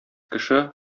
кеше